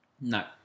No